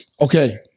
Okay